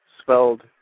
spelled